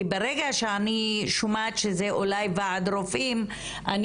כי ברגע שאני שומעת שזה אולי ועד רופאים אני